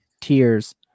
Tears